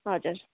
हजुर